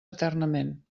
eternament